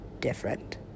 Different